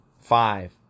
Five